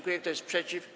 Kto jest przeciw?